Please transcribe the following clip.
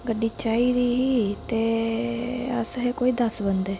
गड्डी चाहिदी ही ते अस हे कोई दस बंदे